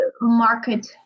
market